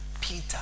Peter